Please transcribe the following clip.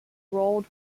rowed